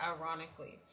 Ironically